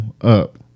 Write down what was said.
up